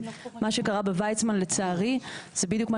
מה שקרה בוויצמן לצערי זה בדיוק מה